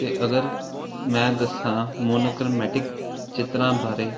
ਅਤੇ ਅਗਰ ਮੈਂ ਦੱਸਾਂ ਮੋਨੋਕਰਮੈਟਿਕ ਚਿੱਤਰਾਂ ਬਾਰੇ